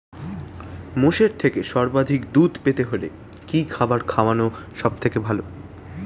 মোষের থেকে সর্বাধিক দুধ পেতে হলে কি খাবার খাওয়ানো সবথেকে ভালো?